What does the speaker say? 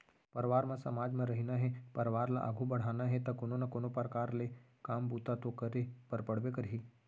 परवार म समाज म रहिना हे परवार ल आघू बड़हाना हे ता कोनो ना कोनो परकार ले काम बूता तो करे बर पड़बे करही